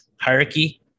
hierarchy